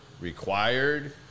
required